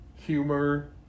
Humor